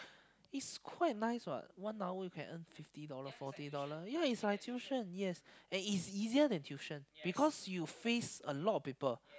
it's quite nice what one hour you can earn fifty dollars forty dollar its like tuition yes and its easier than tuition it cause you faced a lot of people